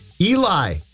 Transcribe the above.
Eli